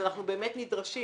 אנחנו באמת נדרשים,